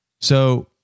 So-